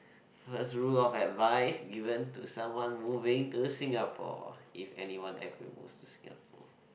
first rule of advice given to someone moving to Singapore if anyone ever move to Singapore